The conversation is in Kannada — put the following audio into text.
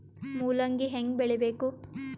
ಮೂಲಂಗಿ ಹ್ಯಾಂಗ ಬೆಳಿಬೇಕು?